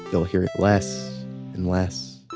you'll hear it less and less